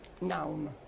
noun